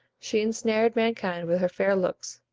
she insnared mankind with her fair looks,